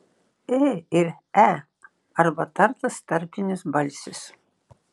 ė ir e arba tartas tarpinis balsis